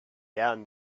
down